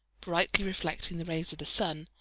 brightly reflecting the rays of the sun,